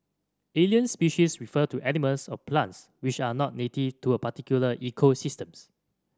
alien species refer to animals or plants which are not native to a particular ecosystems